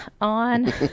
on